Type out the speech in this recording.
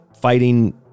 fighting